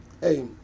hey